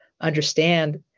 understand